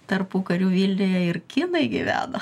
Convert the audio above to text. tarpukariu vilniuje ir kinai gyveno